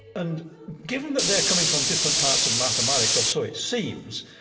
and given that they're coming from different parts of mathematics, or so it seems,